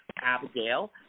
Abigail